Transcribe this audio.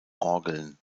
orgeln